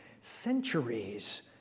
centuries